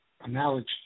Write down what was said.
analogy